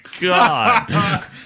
God